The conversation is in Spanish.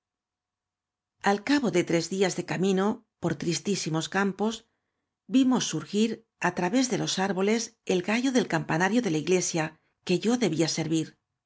al cabo de tres días do camino por tristísi mos campos vimos surgir á través de los árbo les el gallo del campanario de la ig l ia que yo debía servir